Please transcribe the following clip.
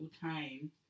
time